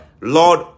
Lord